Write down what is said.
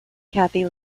kathie